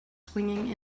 swinging